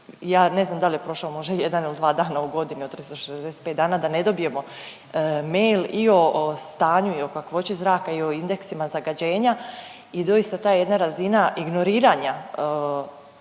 ja ne znam dal je prošao možda jedan ili dva dana u godini od 365 dana da ne dobijemo mail i o stanju i o kakvoći zraka i o indeksima zagađenja i doista ta jedna razina ignoriranja